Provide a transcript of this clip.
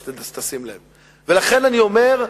לכן אני אומר,